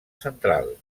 central